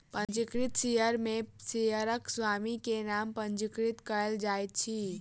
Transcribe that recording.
पंजीकृत शेयर में शेयरक स्वामी के नाम पंजीकृत कयल जाइत अछि